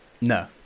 no